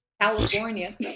California